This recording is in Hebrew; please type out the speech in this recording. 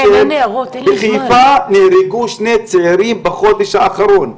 בחיפה נהרגו שני צעירים בחודש האחרון.